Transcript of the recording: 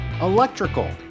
electrical